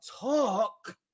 talk